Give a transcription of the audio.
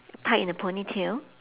tied in a ponytail